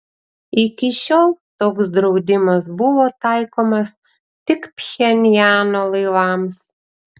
iki šiol toks draudimas buvo taikomas tik pchenjano laivams